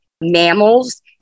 mammals